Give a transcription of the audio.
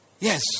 Yes